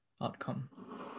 outcome